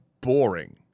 boring